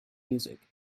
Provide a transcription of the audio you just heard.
music